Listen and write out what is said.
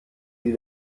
sie